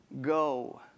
go